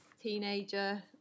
teenager